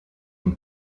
une